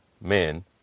men